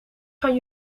gaan